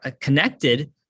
connected